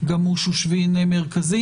גם הוא שושבין מרכזי,